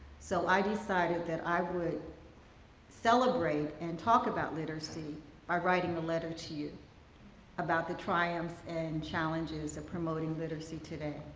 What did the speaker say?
so i decided that i would celebrate and talk about literacy by writing a letter to you about the triumphs and challenges of promoting literacy today.